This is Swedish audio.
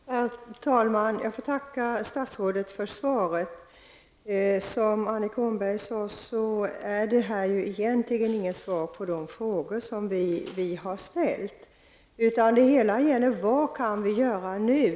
Herr talman! Jag ber att få tacka statsrådet för svaret. Som Annika Åhnberg säger är det här egentligen inget svar på de frågor som vi har ställt, utan det hela handlar om vad vi kan göra nu.